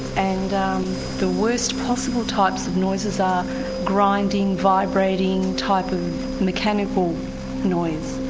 and the worst possible types of noises are grinding, vibrating type of mechanical noise.